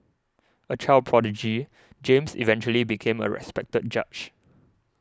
a child prodigy James eventually became a respected judge